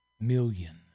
million